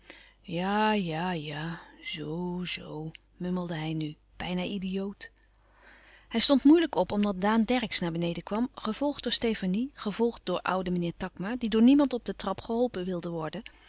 ja ja ja zoo zoo mummelde hij nu bijna idioot hij stond moeilijk op omdat daan dercksz naar beneden kwam gevolgd door stefanie gevolgd door ouden meneer takma die door niemand op de trap geholpen wilde worden